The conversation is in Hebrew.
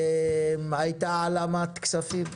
והייתה העלמת כספים,